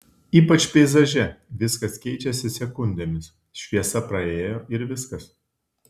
ypač peizaže viskas keičiasi sekundėmis šviesa praėjo ir viskas